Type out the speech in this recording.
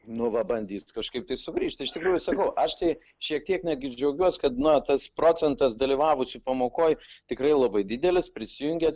nu va bandys kažkaip tai sugrįžti iš tikrųjų sakau aš tai šiek tiek netgi džiaugiuos kad na tas procentas dalyvavusių pamokoj tikrai labai didelis prisijungė